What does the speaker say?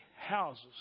houses